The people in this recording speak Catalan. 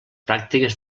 pràctiques